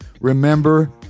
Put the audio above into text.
Remember